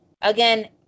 again